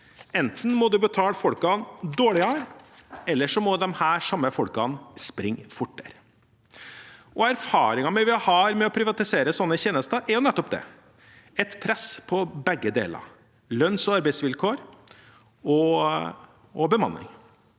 Enten må en betale folkene dårligere, eller så må de samme folkene springe fortere. Erfaringene vi har med å privatisere sånne tjenester, er nettopp et press på begge deler – lønns- og arbeidsvilkår og bemanning.